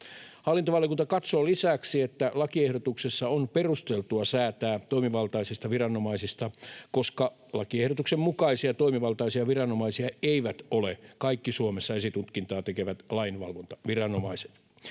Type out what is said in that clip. Hallintovaliokunta katsoo lisäksi, että lakiehdotuksessa on perusteltua säätää toimivaltaisista viranomaisista, koska lakiehdotuksen mukaisia toimivaltaisia viranomaisia eivät ole kaikki Suomessa esitutkintaa tekevät lainvalvontaviranomaiset.